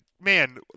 man